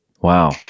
Wow